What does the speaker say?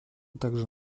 также